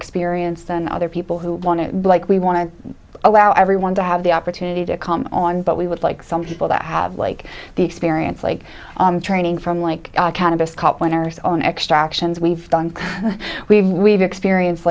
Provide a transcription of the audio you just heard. experience than other people who want to like we want to allow everyone to have the opportunity to come on but we would like some people that have like the experience like training from like cannabis cup winners on extractions we've done we've we've experienced